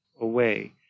away